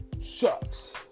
sucks